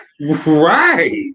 right